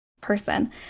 person